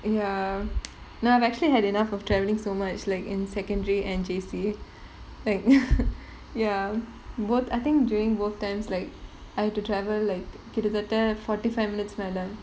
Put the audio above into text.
ya now I'm actually had enough of traveling so much like in secondary and J_C like ya both I think during both times like I had to travel like கிட்டத்தட்ட:kittatthatta forty five minutes மேல:mela